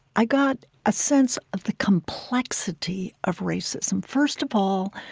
i got a sense of the complexity of racism. first of all,